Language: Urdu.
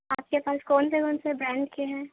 آپ کے پاس کون سے کون سے برانڈ کے ہیں